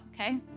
okay